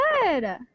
Good